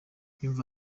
yumva